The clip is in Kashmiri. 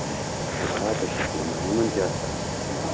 راتَس یِمن کیٛاہ سا